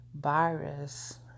virus